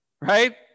right